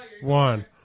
one